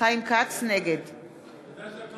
נגד תוסיפי: